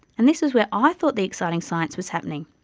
and this was where i thought the exciting science was happening.